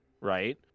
right